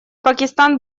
пакистан